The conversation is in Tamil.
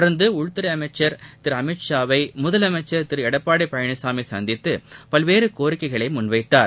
தொடர்ந்து உள்துறை அமைச்சர் திரு அமித் ஷாவை முதலமைச்சர் திரு எடப்பாடி பழனிசாமி சந்தித்து பல்வேறு கோரிக்கைகளை முன்வைத்தார்